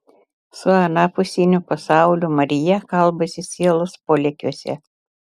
su anapusiniu pasauliu marija kalbasi sielos polėkiuose